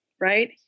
right